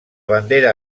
bandera